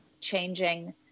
changing